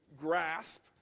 grasp